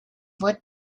what